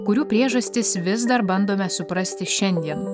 kurių priežastis vis dar bandome suprasti šiandien